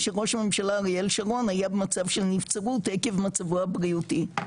שראש הממשלה אריאל שרון היה במצב של נבצרות עקב מצבו הבריאותי.